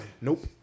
Nope